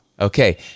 Okay